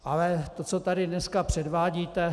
Ale to, co tady dneska předvádíte...